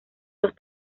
los